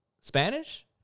Spanish